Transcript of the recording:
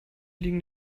liegen